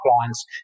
clients